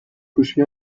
گوشی